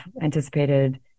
anticipated